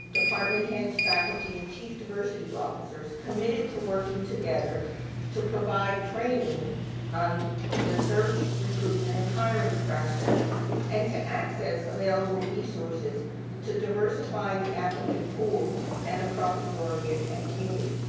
department heads, faculty and chief diversity officers committed to working together to provide training on the search recruitment and hiring process and to access available resources to diversify the applicant pool and the professoriate at cuny.